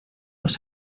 los